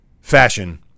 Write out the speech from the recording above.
fashion